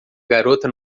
garota